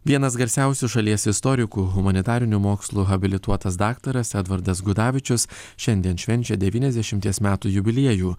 vienas garsiausių šalies istorikų humanitarinių mokslų habilituotas daktaras edvardas gudavičius šiandien švenčia devyniasdešimties metų jubiliejų